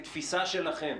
כתפיסה שלכם,